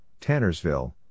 Tannersville